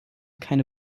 keine